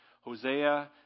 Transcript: Hosea